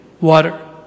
water